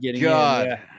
god